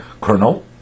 kernel